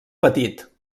petit